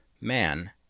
Man